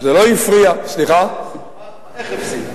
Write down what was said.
איך הפסידה?